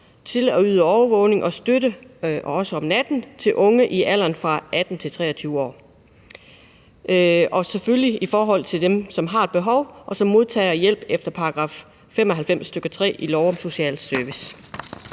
til at yde overvågning og støtte, også om natten, til unge i alderen fra 18-23 år og selvfølgelig til dem, som har behov, og som modtager hjælp efter § 95, stk. 3, i lov om social service.